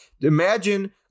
imagine